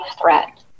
threat